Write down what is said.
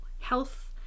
health